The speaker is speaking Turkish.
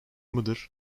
mıdır